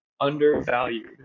undervalued